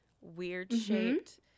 weird-shaped